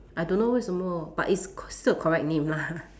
I don't know 为什么 but it's still correct name lah